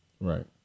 Right